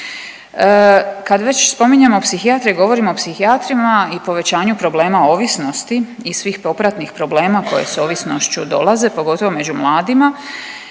Kad već spominjemo psihijatre govorimo o psihijatrima i povećanju problema ovisnosti i svih popratnih problema koje s ovisnošću dolaze, pogotovo među mladima.